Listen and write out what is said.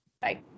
Bye